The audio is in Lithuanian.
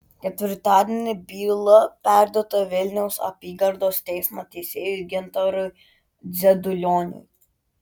ketvirtadienį byla perduota vilniaus apygardos teismo teisėjui gintarui dzedulioniui